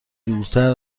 دورتر